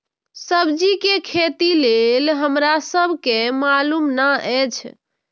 सब्जी के खेती लेल हमरा सब के मालुम न एछ?